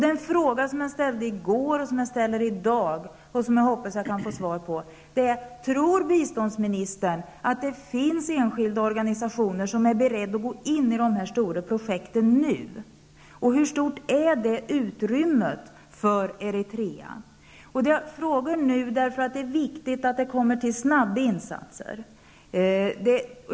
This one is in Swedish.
Den fråga som jag ställde i går och som jag ställer i dag och hoppas att jag kan få svar på är: Tror biståndsministern att det finns enskilda organisationer som är beredda att gå in i de här stora projekten nu? Och hur stort är det utrymmet för Eritrea? Jag frågar nu, därför att det är viktigt att det kommer till snabba insatser.